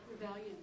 Rebellion